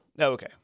Okay